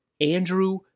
Andrew